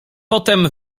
potem